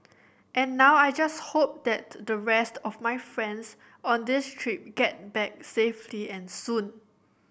and now I just hope that the rest of my friends on this trip get back safely and soon